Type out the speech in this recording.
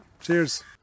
cheers